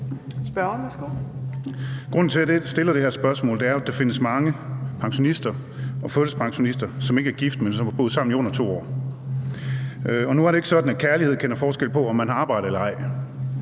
Grunden til, at jeg stiller det her spørgsmål, er, at der findes mange pensionister og førtidspensionister, som ikke er gift, men har boet sammen i under 2 år. Nu er det ikke sådan, at kærlighed kender forskel på, om man har arbejde eller ej.